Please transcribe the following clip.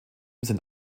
sind